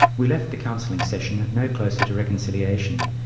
we left the counselling session no closer to reconciliation,